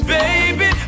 Baby